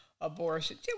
abortion